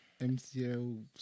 MCL